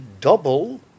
double